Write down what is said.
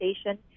Station